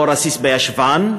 או רסיס בישבן,